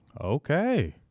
Okay